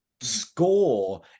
score